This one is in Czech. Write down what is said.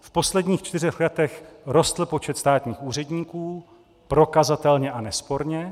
V posledních čtyřech letech rostl počet státních úředníků prokazatelně a nesporně.